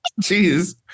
jeez